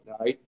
Right